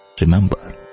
Remember